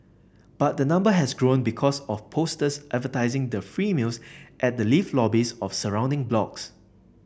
but the number has grown because of posters advertising the free meals at the lift lobbies of surrounding blocks